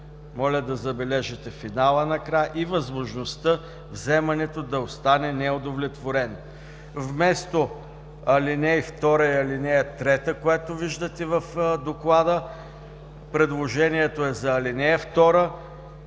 Моля да забележите финала накрая – „и възможността вземането да остане неудовлетворено“. Вместо ал. 2 и ал. 3, които виждате в доклада, предложението е за ал. 2